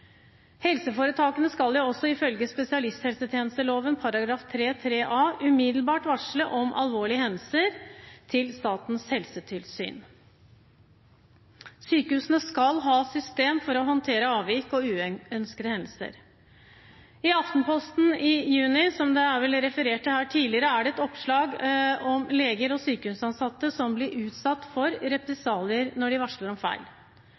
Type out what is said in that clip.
Helseforetakene skal også, ifølge spesialisthelsetjenesteloven § 3-3 a, umiddelbart varsle om alvorlige hendelser til Statens helsetilsyn. Sykehusene skal ha system for å håndtere avvik og uønskede hendelser. I Aftenposten i juni, som det er referert til her tidligere, er det et oppslag om leger og sykehusansatte som blir utsatt for represalier når de varsler om feil.